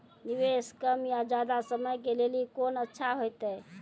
निवेश कम या ज्यादा समय के लेली कोंन अच्छा होइतै?